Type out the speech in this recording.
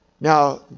Now